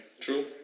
True